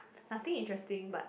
nothing interesting but